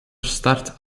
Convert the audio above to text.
start